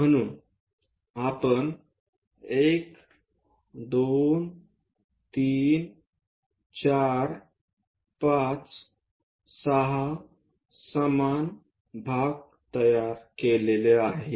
म्हणून आपण 1 2 3 4 5 6 समान भाग तयार केलेले आहे